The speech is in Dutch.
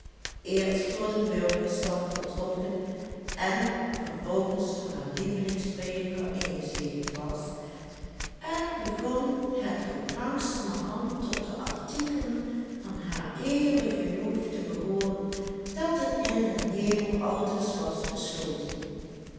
eerst voor den burgerlijken stand voltrokken en vervolgens door haar lievelingsprediker ingezegend was en begon het ook langzamerhand tot de artikelen van hed geloof te behooren dat het in den hemel aldus was besloten